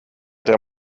der